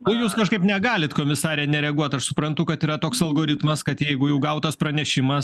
nu jūs kažkaip negalit komisare nereaguot aš suprantu kad yra toks algoritmas kad jeigu jau gautas pranešimas